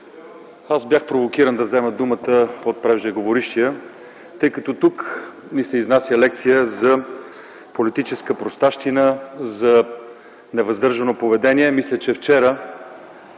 Бях провокиран да взема думата от преждеговорившия, тъй като тук ни се изнася лекция за политическа простащина, за невъздържано поведение. Мисля, че вчера